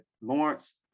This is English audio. Lawrence